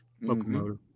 locomotive